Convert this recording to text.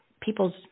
people's